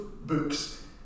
books